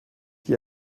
qui